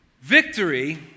Victory